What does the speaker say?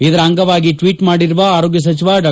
ಇದರ ಅಂಗವಾಗಿ ಟ್ನೀಟ್ ಮಾಡಿರುವ ಆರೋಗ್ಯ ಸಚಿವ ಡಾ